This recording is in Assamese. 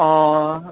অঁ